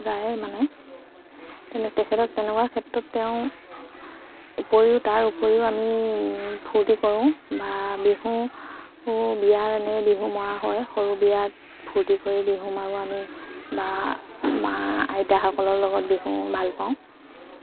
যায় মানে তে তেখেতক তেনেকুৱা ক্ষেত্ৰত তেওঁ উপৰিও তাৰ উপৰিও আমি ফূৰ্তি কৰোঁ বা বিহু বিয়াৰ এনেই বিহু মৰা হয় সৰু বিয়াত ফূৰ্তি কৰি বিহু মাৰোঁ আমি বা মা আইতাসকলৰ লগত বিহু মাল পাওঁ